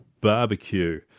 Barbecue